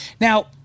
Now